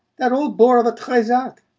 that old bore of a trezac!